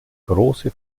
große